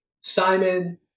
Simon